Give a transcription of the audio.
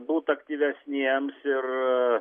būt aktyvesniems ir